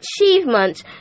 achievements